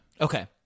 Okay